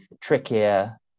trickier